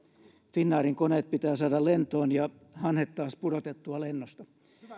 finnairin koneet pitää saada lentoon ja hanhet taas pudotettua lennosta